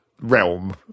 realm